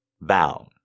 bound